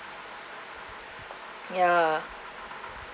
ya